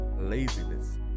laziness